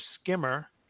skimmer